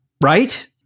Right